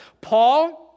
Paul